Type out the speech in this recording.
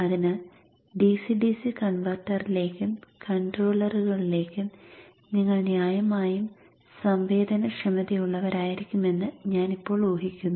അതിനാൽ DC DC കൺവെർട്ടറിലേക്കും കൺട്രോളറുകളിലേക്കും നിങ്ങൾ ന്യായമായും സംവേദനക്ഷമതയുള്ളവരായിരിക്കുമെന്ന് ഞാൻ ഇപ്പോൾ ഊഹിക്കുന്നു